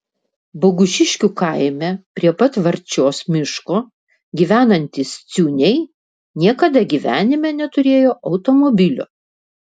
bogušiškių kaime prie pat varčios miško gyvenantys ciūniai niekada gyvenime neturėjo automobilio